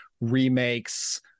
remakes